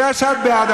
אני יודע שאת בעד,